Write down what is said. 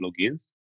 logins